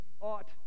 ought